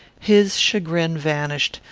his chagrin vanished,